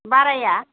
बारायआ